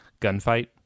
gunfight